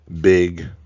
big